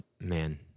man